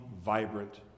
vibrant